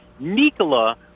Nikola